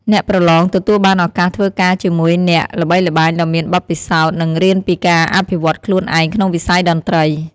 អ្នកប្រឡងទទួលបានឱកាសធ្វើការជាមួយអ្នកល្បីល្បាញដ៏មានបទពិសោធន៍ និងរៀនពីការអភិវឌ្ឍខ្លួនឯងក្នុងវិស័យតន្ត្រី។